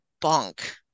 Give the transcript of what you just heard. bunk